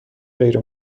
غیر